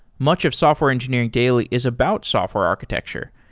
much of software engineering daily is about software architecture,